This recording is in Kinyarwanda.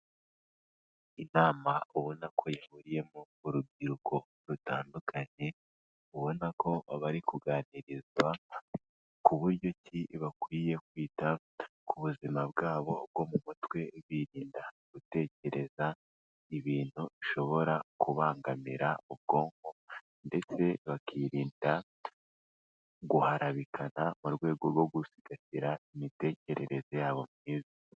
Inama ubona ko ihuriyemo urubyiruko rutandukanye, ubona ko bari kuganirizwa ku buryo ki bakwiye kwita ku buzima bwabo, ubwo mu mutwe birinda gutekereza ibintu bishobora kubangamira ubwonko ndetse bakirinda guharabikana, mu rwego rwo gusigasira imitekerereze yabo myiza.